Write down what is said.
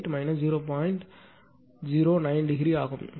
09 ° ஆகும்